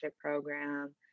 program